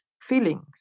feelings